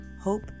hope